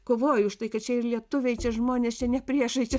kovojo už tai kad čia yra lietuviai čia žmonės čia ne priešai čia